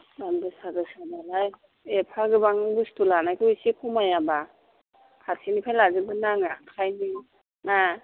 दाम गोसा गोसा मालाय एफा गोबां बुस्थु लानायखौ एसे ख'मायाबा फारसेनिफ्रायनो लाजोबगोन ना आङो आखाइनि ना